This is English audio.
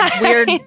weird